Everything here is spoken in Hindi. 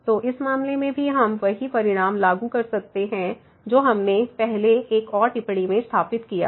तो इस मामले में भी हम वही परिणाम लागू कर सकते हैं जो हमने पहले एक और टिप्पणी में स्थापित किया है